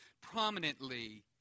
prominently